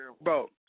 Bro